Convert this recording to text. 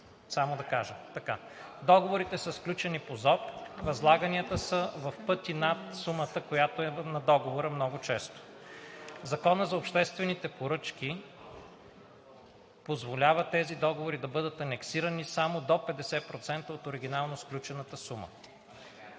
само да кажа. Договорите са сключени по ЗОП. Много често възлаганията са в пъти над сумата на договора. Законът за обществените поръчки позволява тези договори да бъдат анексирани само до 50% от оригинално сключената сума.